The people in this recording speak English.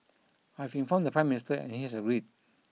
I have informed the Prime Minister and he has agreed